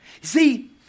See